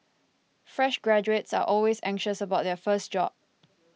fresh graduates are always anxious about their first job